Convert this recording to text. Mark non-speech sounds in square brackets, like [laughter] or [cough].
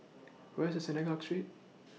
[noise] Where IS Synagogue Street